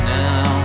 now